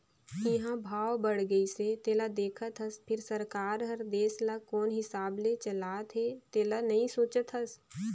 इंहा भाव बड़ गइसे तेला देखत हस फिर सरकार हर देश ल कोन हिसाब ले चलात हे तेला नइ सोचत हस